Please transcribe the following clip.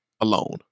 alone